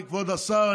כבוד השר,